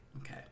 Okay